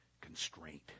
constraint